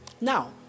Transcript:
Now